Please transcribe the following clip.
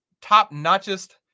top-notchest